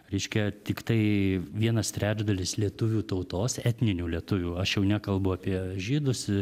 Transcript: reiškia tiktai vienas trečdalis lietuvių tautos etninių lietuvių aš jau nekalbu apie žydus